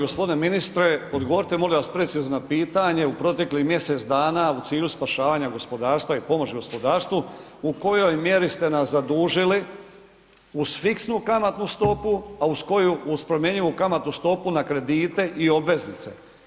Poštovani g. ministre, odgovorite molim vas precizno na pitanje, u proteklih mjesec dana u cilju spašavanja gospodarstva i pomoći gospodarstvu, u kojoj mjeri ste nas zadužili uz fiksnu kamatnu stopu, a uz koju uz promjenjivu kamatnu stopu na kredite i obveznice?